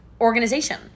organization